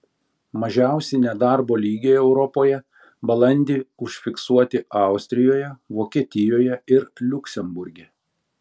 mažiausi nedarbo lygiai europoje balandį užfiksuoti austrijoje vokietijoje ir liuksemburge